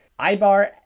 Ibar